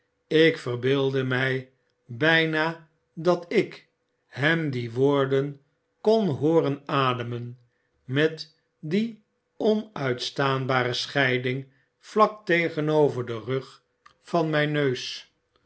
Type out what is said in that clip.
ik verbeeldde my bgna dat ik hem die woorden kon hooren ademen met die omiitstaanbare scheiding vlak tegenover den rug van mgn neus